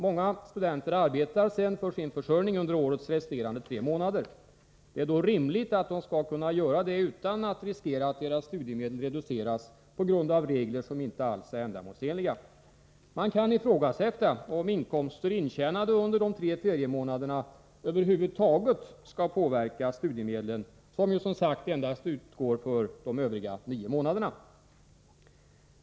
Många studenter arbetar sedan för sin försörjning under årets resterande tre månader. Det är då rimligt att de skall kunna göra det utan att riskera att deras studiemedel reduceras på grund av regler som inte alls är ändamålsenliga. Man kan ifrågasätta om inkomster intjänade under de tre feriemånaderna över huvud taget skall påverka studiemedlen, som ju, som sagt, endast utgår för de övriga nio månaderna.